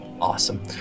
Awesome